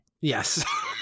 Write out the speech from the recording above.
yes